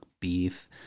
beef